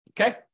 Okay